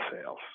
sales